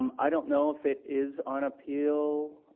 um i don't know if it is on appeal,